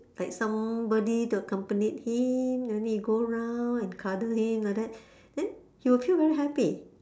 like somebody to accompanied him then he go round and cuddle him like that then he will feel very happy